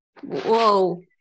Whoa